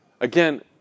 again